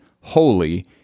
holy